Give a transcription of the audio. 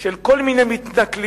של כל מיני מתנכלים